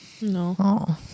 No